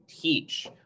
teach